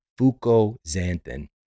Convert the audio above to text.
fucoxanthin